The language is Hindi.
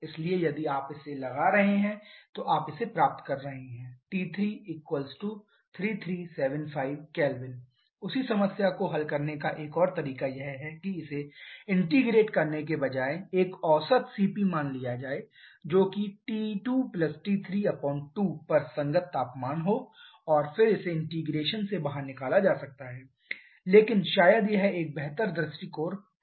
इसलिए यदि आप इसे लगा रहे हैं तो आप इसे प्राप्त कर रहे हैं T3 3375 K उसी समस्या को हल करने का एक और तरीका यह है कि इसे इंटीग्रेट करने के बजाय एक औसत Cp मान लिया जाए जो कि T2 T32 पर संगत तापमान हो और फिर इसे इंटीग्रेशन से बाहर निकाला जा सकता है लेकिन शायद यह एक बेहतर दृष्टिकोण है